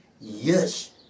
yes